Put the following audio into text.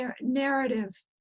narrative